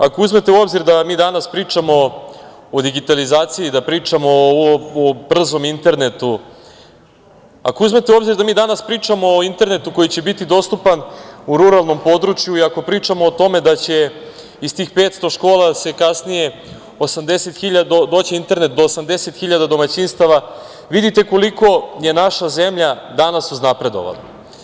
Ako uzmete u obzir da mi danas pričamo o digitalizaciji, da pričamo o brzom internetu, ako uzmete u obzir da mi danas pričamo o internetu koji će biti dostupan u ruralnom području i ako pričamo o tome da će iz tih 500 škola kasnije doći internet do 80 hiljada domaćinstava, vidite koliko je naša zemlja danas uznapredovala.